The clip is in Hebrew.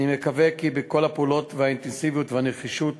אני מקווה כי כל הפעולות, והאינטנסיביות והנחישות